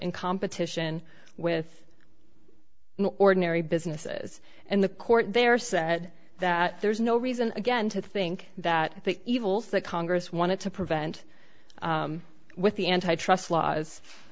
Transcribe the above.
in competition with in ordinary businesses and the court there said that there's no reason again to think that the evils that congress wanted to prevent with the antitrust